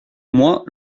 moi